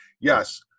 Yes